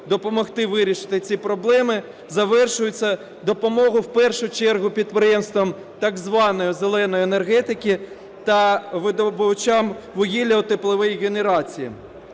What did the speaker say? допомогти вирішити ці проблеми завершуються допомогою в першу чергу підприємствам так званої "зеленої" енергетики та видобувачам вугілля у тепловій генерації.